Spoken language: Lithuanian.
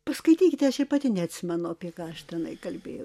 paskaitykite aš pati neatsimenu apie ką aš tenai kalbėjau